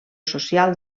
social